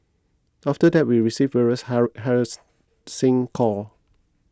after that we received various hara harassing call